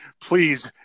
Please